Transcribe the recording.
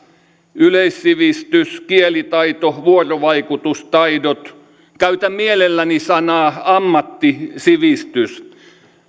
yleissivistys kielitaito vuorovaikutustaidot käytän mielelläni sanaa ammattisivistys